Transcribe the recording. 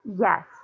Yes